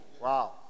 Wow